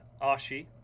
Ashi